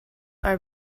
are